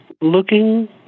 looking